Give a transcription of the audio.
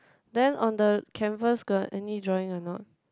then on the canvas got any drawing or not